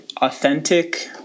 authentic